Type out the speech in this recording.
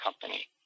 company